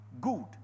Good